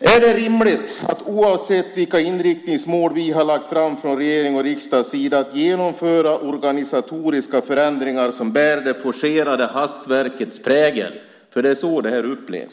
Är det rimligt att oavsett vilka inriktningsmål vi har satt upp från regerings och riksdags sida genomföra organisatoriska förändringar som bär det forcerade hastverkets prägel? Det är så det här upplevs.